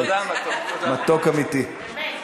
תודה מתוק, תודה.